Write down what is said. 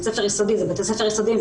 זה בתי ספר יסודיים,